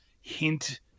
hint